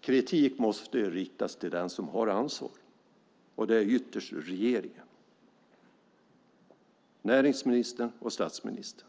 Kritik måste riktas mot den som har ansvaret, och det är ytterst regeringen, näringsministern och statsministern.